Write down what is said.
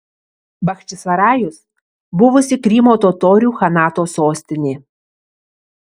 bachčisarajus buvusi krymo totorių chanato sostinė